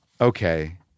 Okay